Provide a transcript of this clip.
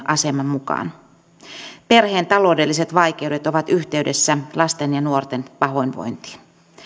aseman mukaan perheen taloudelliset vaikeudet ovat yhteydessä lasten ja nuorten pahoinvointiin